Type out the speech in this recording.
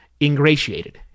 ingratiated